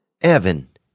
Evan